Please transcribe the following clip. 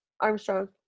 Armstrong